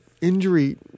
injury